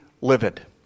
livid